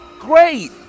Great